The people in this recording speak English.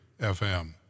FM